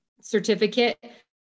certificate